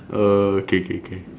oh K K K